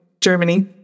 Germany